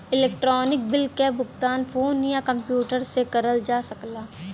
electronic bill क भुगतान phone या कम्प्यूटर से करल जा सकला